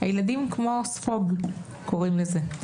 הילדים הם כמו ספוג, ככה קוראים לזה.